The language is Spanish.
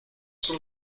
son